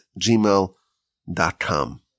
gmail.com